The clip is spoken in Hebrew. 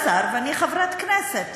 אתה שר ואני חברת כנסת.